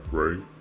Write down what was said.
right